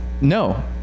No